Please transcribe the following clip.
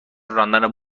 راندن